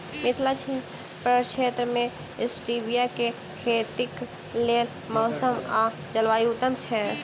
मिथिला प्रक्षेत्र मे स्टीबिया केँ खेतीक लेल मौसम आ जलवायु उत्तम छै?